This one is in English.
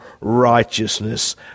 righteousness